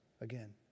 again